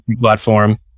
platform